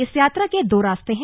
इस यात्रा के दो रास्ते हैं